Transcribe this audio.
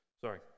Sorry